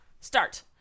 Start